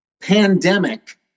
pandemic